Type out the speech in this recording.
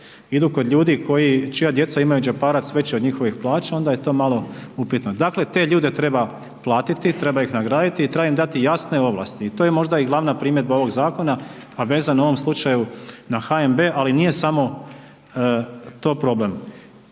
idu kod ljudi čija djeca imaju džeparac veći od njihovih plaća, onda je to malo upitno. Dakle te ljude treba platiti, treba ih nagraditi i treba im dati jasne ovlasti. I to je možda i glavna primjedba ovog zakona a vezano u ovom slučaju na HNB ali nije samo to problem.